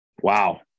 Wow